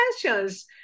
questions